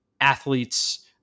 athletes